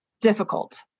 difficult